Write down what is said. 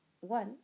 one